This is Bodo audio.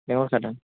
लेंहरखादों